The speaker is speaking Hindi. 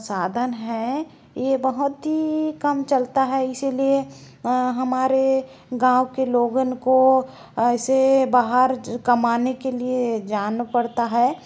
साधन हैं यह बहुत ही कम चलता है इसीलिए हमारे गाँव के लोगों को ऐसे बाहर कमाने के लिए जाना पड़ता है